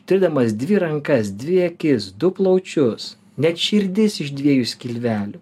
turėdamas dvi rankas dvi akis du plaučius net širdis iš dviejų skilvelių